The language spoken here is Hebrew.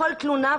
כל תלונה,